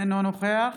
אינו נוכח